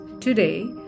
today